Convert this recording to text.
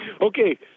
Okay